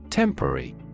Temporary